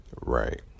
right